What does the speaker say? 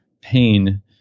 pain